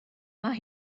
mae